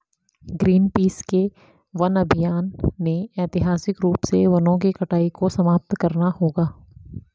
Greenpeace के वन अभियान ने ऐतिहासिक रूप से वनों की कटाई को समाप्त करना होगा